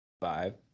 Five